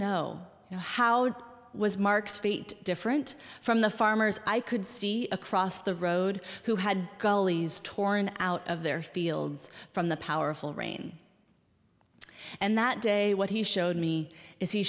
know how was mark's fate different from the farmers i could see across the road who had gullies torn out of their fields from the powerful rain and that day what he showed me is he